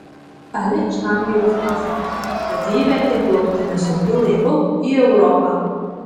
ali iš gambijos pasakojo kad jį vertė plaukti nesaugiu laivu į europą